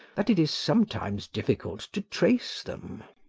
that it is sometimes difficult to trace them.